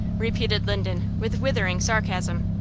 repeated linden, with withering sarcasm.